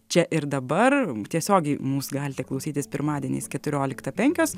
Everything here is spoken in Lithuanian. čia ir dabar tiesiogiai mūsų galite klausytis pirmadieniais keturioliktą penkios